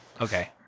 Okay